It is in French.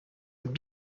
êtes